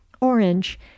Orange